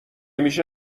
میشه